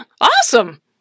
Awesome